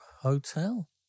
hotel